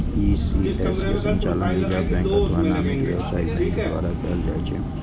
ECS के संचालन reserve bank अथवा नामित व्यावसायिक बैंक द्वारा कैल जाइ छै